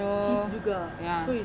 so ya